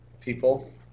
people